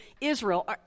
Israel